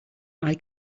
eye